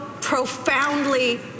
profoundly